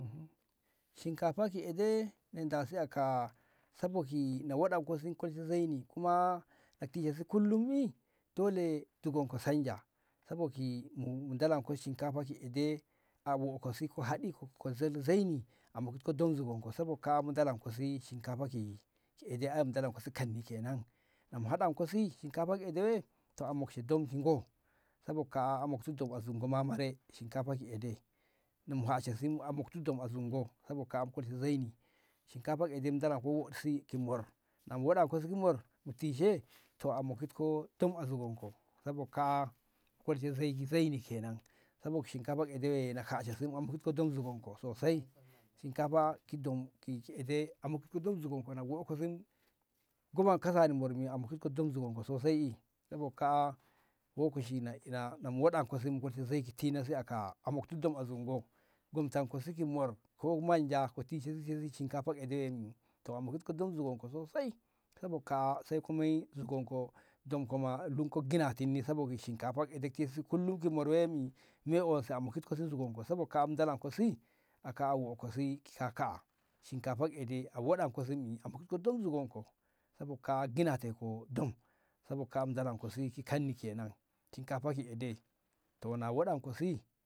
shinkafa ki ede ni dasi aka sabo ki na waɗanko ni kolshe zaini kuma na ngo a tishi kullum yi dole zugon ko chanja sabo ki mu dolon ko shinkafa ki ede na mu wanko si ka haɗi saboda mukshe dom zugon ko saboda kaa'a mu dolon ko shinkafa ki ede ai mu dolonko kanni kenan saboda shinkafa ki ede to a mokshe dom ki zugo da sabo kaa'a a mokti dom ki zugo marai shinkafa ki ede mu hashe si a mokti dom ki zugo ngo sabo ki zaini shinkafa ki ede mu dolonko ki mor na mu waɗan ko si ki mor to mu tishe to a mokin ko dom zugonko sabo kaa'a mu kolshe zaini kenan shinkafa ki ede mu hashe si mokin ko dom zugon ko sosai shinkafa ki ede a mokin ko dom zugonko ngo ba kasani mor a mokin ko dom zugonko sosai sabo kaa'a lokaci a mu gomtan ko si ki mor ko manja sai ka zali tishe si shinkafa ki ede to a mokin ko dom zugon ko sosai sabo kaa'a sai ka moi zugon ko dom ko ma ginatinni saboda shinkafa ki ede si kullum ki mor wammi ka tishe a mokin ko dom zugon ko sabo kaa'a a ginateko dom sabo kaa'a mu dolonko si ki kanni kenan shinkafa ki ede to na waɗanko si